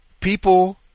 people